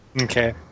Okay